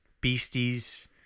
Beasties